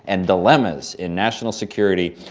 and dilemmas in national security,